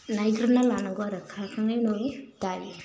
नायग्रोना लानांगौ आरो खारखांनायनि उनावनि दायो